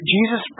Jesus